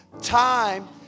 time